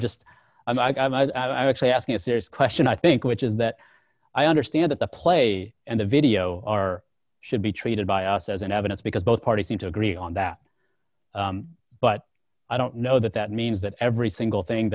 just and i had actually asking a serious question i think which is that i understand that the play and the video are should be treated by us as an evidence because both parties seem to agree on that but i don't know that that means that every single thing